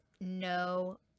no